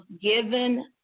given